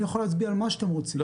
אני יכול להצביע על מה שאתם רוצים.